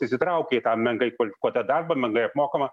įsitraukia į tą menkai kvalifikuotą darbą menkai apmokamą